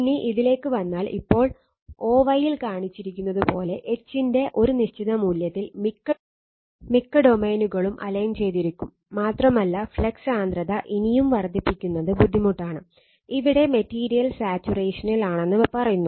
ഇനി ഇതിലേക്ക് വന്നാൽ ഇപ്പോൾ o y ൽ കാണിച്ചിരിക്കുന്നതുപോലെ H ന്റെ ഒരു നിശ്ചിത മൂല്യത്തിൽ മിക്ക ഡൊമെയ്നുകളും അലൈൻ ആണെന്ന് പറയുന്നു